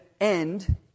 end